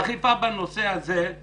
האכיפה בנושא הזה זה